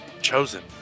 chosen